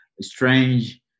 strange